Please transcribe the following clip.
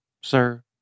Sir